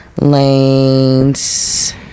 lane's